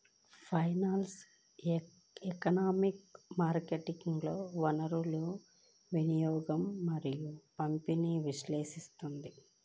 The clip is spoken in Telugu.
ఫైనాన్షియల్ ఎకనామిక్స్ మార్కెట్లలో వనరుల వినియోగం మరియు పంపిణీని విశ్లేషిస్తుంది